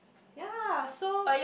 ya so